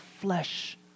flesh